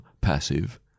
passive